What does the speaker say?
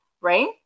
right